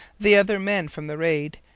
the other men from the raid,